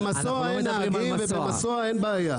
במסוע אין נהגים, ובמסוע אין בעיה.